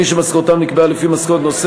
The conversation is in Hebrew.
מי שמשכורתם נקבעת לפי משכורת נושא